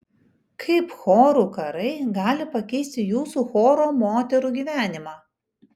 kaip chorų karai gali pakeisti jūsų choro moterų gyvenimą